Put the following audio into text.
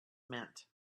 meant